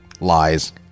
Lies